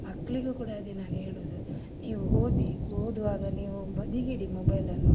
ಮಕ್ಕಳಿಗೂ ಕೂಡ ಅದೇ ನಾನು ಹೇಳೋದು ನೀವು ಓದಿ ಓದುವಾಗ ನೀವು ಬದಿಗಿಡಿ ಮೊಬೈಲನ್ನು